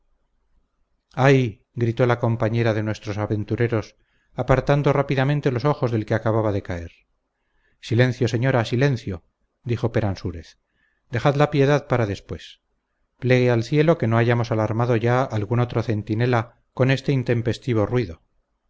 ay gritó la compañera de nuestros aventureros apartando rápidamente los ojos del que acababa de caer silencio señora silencio dijo peransúrez dejad la piedad para después plegue al cielo que no hayamos alarmado ya algún otro centinela con este intempestivo ruido